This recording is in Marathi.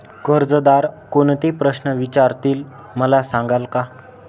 कर्जदार कोणते प्रश्न विचारतील, मला सांगाल का?